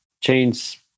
change